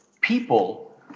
people